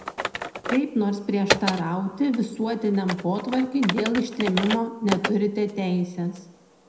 kaip nors prieštarauti visuotiniam potvarkiui dėl ištrėmimo neturite teisės